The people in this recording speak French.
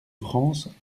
france